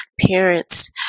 parents